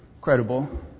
credible